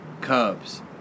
Cubs